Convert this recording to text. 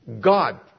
God